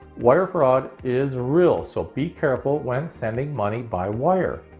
wire fraud is real, so be careful when sending money by wire.